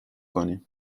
کنی